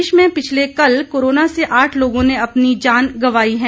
प्रदेश में पिछले कल कोरोना से आठ लोगों ने अपनी जान गंवाई है